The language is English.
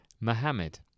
Mohammed